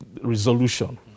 resolution